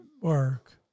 work